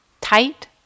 tight